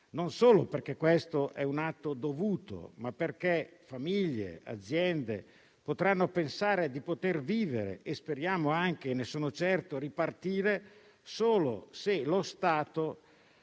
non solo perché si tratta di un atto dovuto, ma anche perché famiglie e aziende potranno pensare di vivere - e speriamo anche, ne sono certo, ripartire - solo se lo Stato